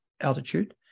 altitude